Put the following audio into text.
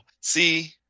See